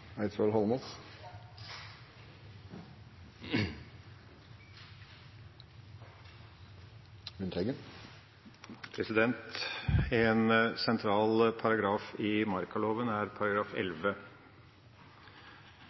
Det